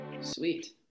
Sweet